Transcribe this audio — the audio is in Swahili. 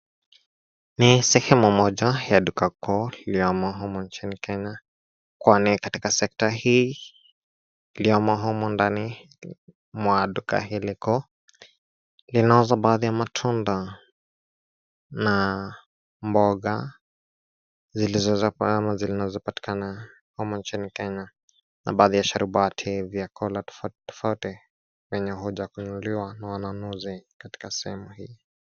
Ni sehemu moja ya duka kuu iliyomo humu nchini Kenya, kwani katika sekta hii iliyomo humu ndani mahali hiii duka iko linauza baadhi ya matunda na mboga zilizopo ama zinazo patikana humu nchini Kenya na baadhi ya sharubati vyakula tofauti tofauti wenye hoja ya kununuliwa na wanunuzi katika sehemu hii.